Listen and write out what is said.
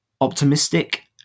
Optimistic